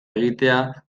egitea